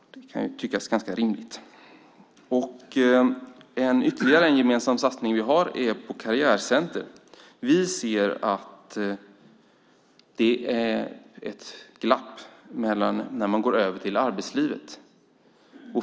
Det kan tyckas ganska rimligt. Ytterligen en gemensam satsning är karriärcentrum. Vi ser att det är ett glapp när man går över till arbetslivet.